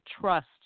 trust